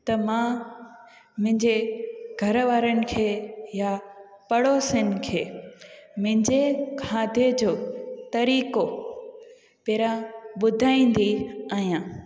त मां मुंहिंजे घर वारनि खे या पड़ोसियुनि खे मुंहिंजे खाधे जो तरीक़ो पहिरियों ॿुधाईंदी आहियां